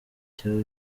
cya